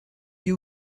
you